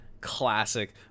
classic